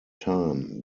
time